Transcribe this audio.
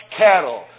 cattle